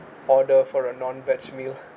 order for a non veg meal